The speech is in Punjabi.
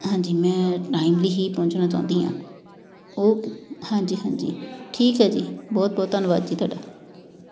ਹਾਂਜੀ ਮੈਂ ਟਾਈਮਲੀ ਹੀ ਪਹੁੰਚਣਾ ਚਾਹੁੰਦੀ ਹਾਂ ਉਹ ਹਾਂਜੀ ਹਾਂਜੀ ਠੀਕ ਹੈ ਜੀ ਬਹੁਤ ਬਹੁਤ ਧੰਨਵਾਦ ਜੀ ਤੁਹਾਡਾ